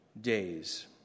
days